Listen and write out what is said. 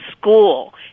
school